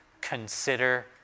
Consider